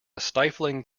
stifling